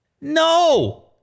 no